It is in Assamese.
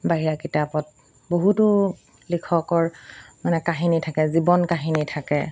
বাহিৰা কিতাপত বহুতো লিখকৰ মানে কাহিনী থাকে জীৱন কাহিনী থাকে